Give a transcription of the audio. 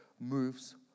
moves